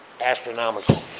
astronomical